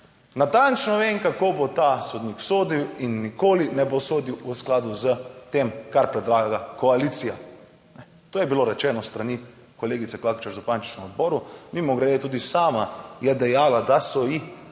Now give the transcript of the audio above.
"Natančno vem, kako bo ta sodnik sodil in nikoli ne bo sodil v skladu s tem, kar predlaga koalicija." To je bilo rečeno s strani kolegice Klakočar Zupančič na odboru. Mimogrede, tudi sama je dejala, da so ji